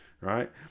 Right